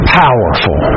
powerful